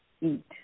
eat